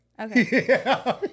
Okay